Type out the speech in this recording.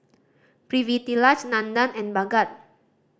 Pritiviraj Nandan and Bhagat